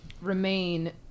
remain